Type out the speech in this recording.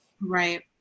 Right